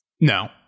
No